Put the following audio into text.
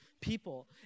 people